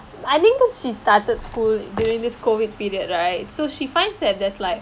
I think because she started school during this COVID period right so she finds that there's like